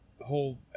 whole